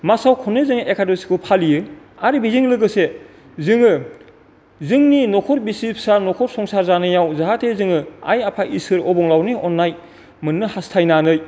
मासाव खननै जोङो एखादसिखौ फालियो आरो बेजों लोगोसे जोङो जोंनि न'खर बिसि फिसा न'खर संसार जानायाव जाहाथे जोङो आइ आफा इसोर अबंलाउरिनि अननाय मोननो हास्थायनानै